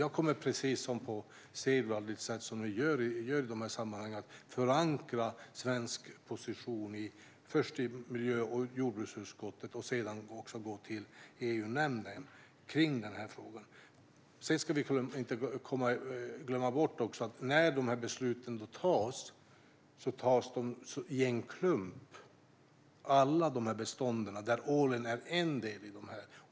Jag kommer på sedvanligt sätt i dessa sammanhang att förankra svensk position först i miljö och jordbruksutskottet och sedan i EU-nämnden. Vi ska inte glömma bort att när besluten fattas sker det i en klump. Det blir fråga om alla bestånden, där ålen är en del.